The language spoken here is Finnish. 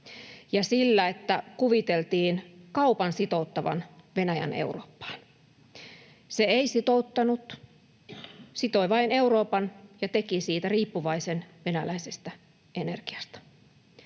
ja sillä, että kuviteltiin kaupan sitouttavan Venäjän Eurooppaan. Se ei sitouttanut, sitoi vain Euroopan ja teki siitä riippuvaisen venäläisestä energiasta.